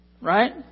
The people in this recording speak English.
Right